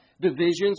divisions